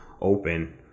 open